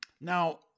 Now